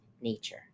nature